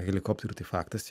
helikopterių tai faktas